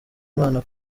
imana